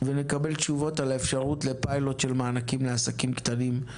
ונקבל תשובות על האפשרות לקיום פיילוט לעסקים קטנים,